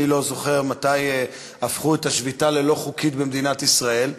אני לא זוכר מתי הפכו את השביתה ללא חוקית במדינת ישראל,